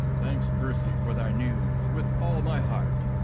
thanks, percy, for thy news, with all my heart!